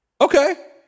Okay